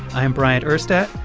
i am bryant urstadt.